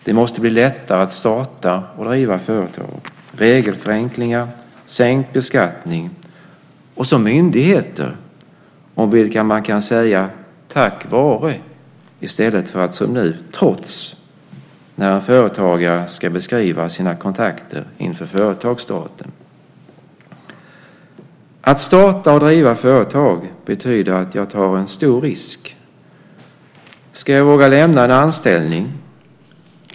Det måste bli lättare att starta och driva företag, regelförenklingar, sänkt beskattning och myndigheter om vilka man kan säga "tack vare" i stället för som nu "trots" när en företagare ska beskriva sina kontakter inför företagsstarten. Att starta och driva företag betyder att jag tar en stor risk. Ska jag våga lämna en anställning?